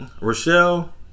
Rochelle